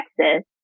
Texas